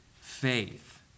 faith